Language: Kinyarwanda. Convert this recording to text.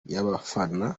y’abafana